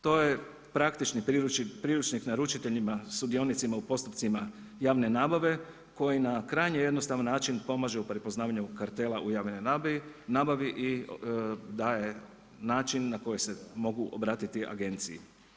To je praktični priručnik naručiteljima, sudionicima u postupcima javne nabave koji na krajnje jednostavan način pomažu u prepoznavanju kartela u javnoj nabavi i daje način na koji se mogu obratiti agenciji.